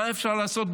מה אפשר לעשות,